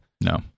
no